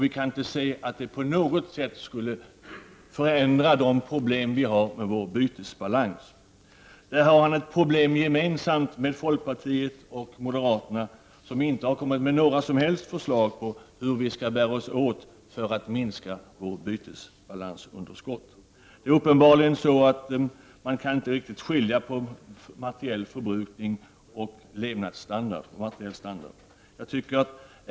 Vi kan inte se att det på något sätt skulle förändra de problem vi har med vår bytesbalans. Där har han ett problem gemensamt med folkpartiet och moderata samlingspartiet, som inte kommit med några som helst förslag om hur vi skall bära oss åt för att minska bytesbalansunderskottet. Man kan uppenbarligen inte riktigt skilja på materiell förbrukning och materiell standard.